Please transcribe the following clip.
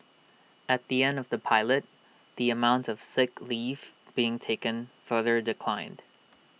at the end of the pilot the amount of sick leave being taken further declined